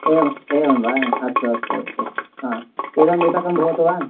एवम् एवं वा अस्तु अस्तु आ इदं युतकं भवतु वा